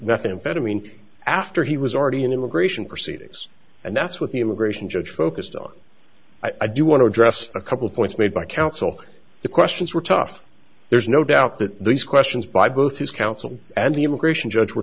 methamphetamine after he was already in immigration proceedings and that's what the immigration judge focused on i do want to address a couple points made by counsel the questions were tough there's no doubt that these questions by both his counsel and the immigration judge were